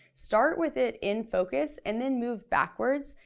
start with it in focus, and then move backwards,